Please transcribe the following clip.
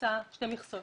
שתי מכסות